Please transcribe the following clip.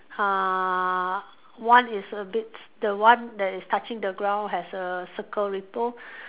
uh one is a bit the one that is touching the ground has a circle ripple